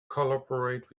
collaborate